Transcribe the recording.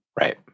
right